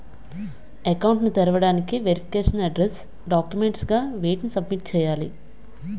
Account ను తెరవటానికి verification address documents గా వేటిని సబ్మిట్ చేయాలి?